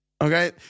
Okay